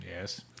Yes